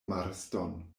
marston